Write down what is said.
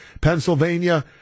Pennsylvania